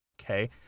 Okay